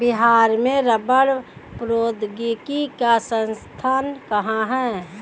बिहार में रबड़ प्रौद्योगिकी का संस्थान कहाँ है?